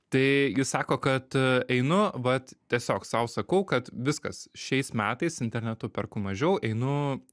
tai ji sako kad einu vat tiesiog sau sakau kad viskas šiais metais internetu perku mažiau einu